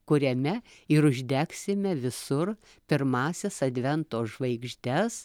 kuriame ir uždegsime visur pirmąsias advento žvaigždes